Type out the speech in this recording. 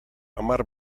hamar